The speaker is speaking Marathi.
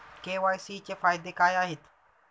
के.वाय.सी चे फायदे काय आहेत?